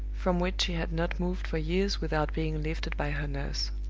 from which she had not moved for years without being lifted by her nurse.